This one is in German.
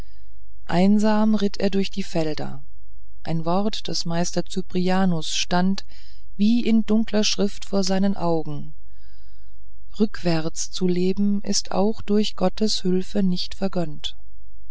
einsam ritt er durch die felder ein wort des meisters cyprianus stand wie in dunkler schrift vor seinen augen rückwärts zu leben ist auch durch gottes hülfe nicht vergönnt